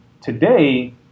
today